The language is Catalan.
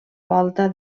volta